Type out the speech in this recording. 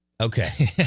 Okay